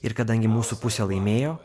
ir kadangi mūsų pusė laimėjo